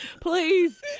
Please